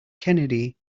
kennedy